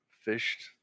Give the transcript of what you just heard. fished